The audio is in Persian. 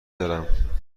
دارم